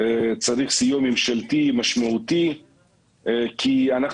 צריך סיוע ממשלתי משמעותי כי אנחנו